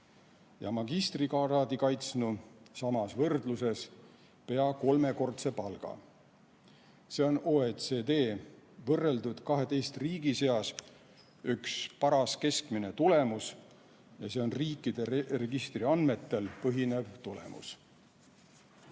magistrikraadi kaitsnu samas võrdluses pea kolmekordse palga. See on OECD võrreldud 12 riigi seas üks paras keskmine tulemus, mis põhineb riikide registriandmetel.